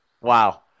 Wow